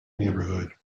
neighbourhood